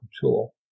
tool